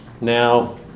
Now